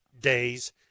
days